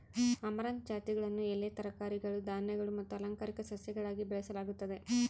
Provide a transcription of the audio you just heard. amaranth ಜಾತಿಗಳನ್ನು ಎಲೆ ತರಕಾರಿಗಳು ಧಾನ್ಯಗಳು ಮತ್ತು ಅಲಂಕಾರಿಕ ಸಸ್ಯಗಳಾಗಿ ಬೆಳೆಸಲಾಗುತ್ತದೆ